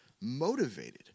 motivated